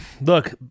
Look